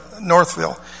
Northville